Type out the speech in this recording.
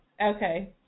okay